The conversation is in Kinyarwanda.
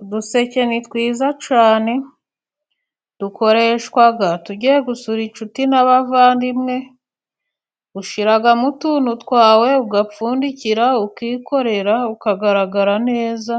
Uduseke ni twiza cyane, dukoreshwa tugiye gusura inshuti n'abavandimwe, ushyiramo utuntu twawe, ugapfundikira ukikorera, ukagaragara neza,